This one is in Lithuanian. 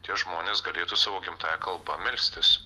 tie žmonės galėtų savo gimtąja kalba melstis